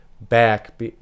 back